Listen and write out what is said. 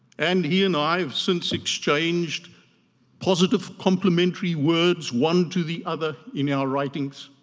and he and i have since exchanged positive complimentary words, one to the other in our writings,